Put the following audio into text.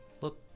look